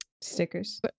stickers